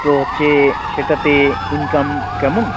তো হচ্ছে সেটাতে ইনকাম কেমন